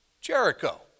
Jericho